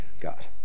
God